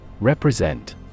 Represent